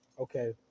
Okay